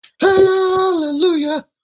Hallelujah